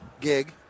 gig